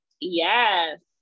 Yes